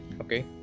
Okay